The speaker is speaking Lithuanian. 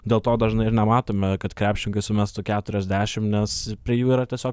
dėl to dažnai ir nematome kad krepšininkai sumestų keturiasdešimt nes prie jų yra tiesiog